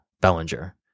Bellinger